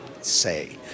say